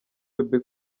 bebe